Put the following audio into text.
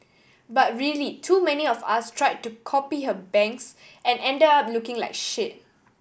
but really too many of us try to copy her bangs and end up looking like shit